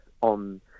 on